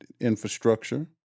infrastructure